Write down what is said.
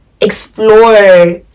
explore